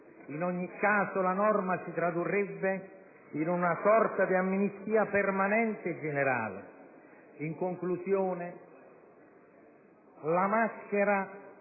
In ogni caso la norma si tradurrebbe in una sorta di amnistia permanente e generale. In conclusione: giù la maschera;